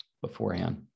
beforehand